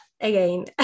Again